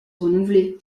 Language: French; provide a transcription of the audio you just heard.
renouveler